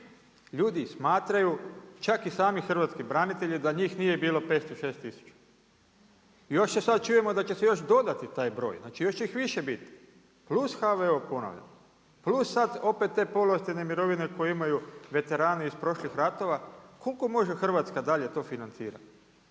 Ljudi smatraju, čak i sami hrvatski branitelji da njih nije bilo 500, 600 tisuća. Još sad čujemo da će se još dodati taj broj, još će ih više biti. Plus HVO, ponavljam, plus sad opet te povlaštene mirovine koje imaju veterani iz prošlih ratova. Koliko može Hrvatska dalje to financirati?